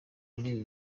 muri